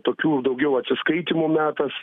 tokių daugiau atsiskaitymų metas